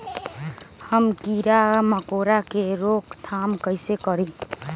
हम किरा मकोरा के रोक थाम कईसे करी?